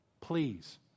Please